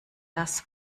das